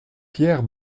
pierre